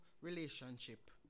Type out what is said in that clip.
relationship